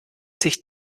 sich